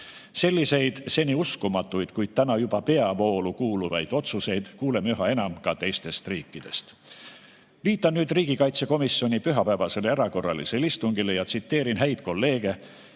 Selliseid seni uskumatuid, kuid täna juba peavoolu kuuluvaid otsuseid kuuleme üha enam ka teistest riikidest. Viitan nüüd riigikaitsekomisjoni pühapäevasele erakorralisele istungile ja tsiteerin häid kolleege,